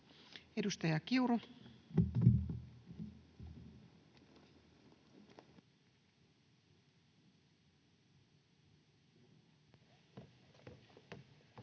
edustaja Kiuru. Mitä